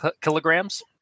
kilograms